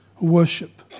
worship